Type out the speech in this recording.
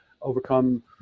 overcome